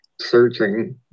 Searching